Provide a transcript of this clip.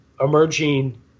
emerging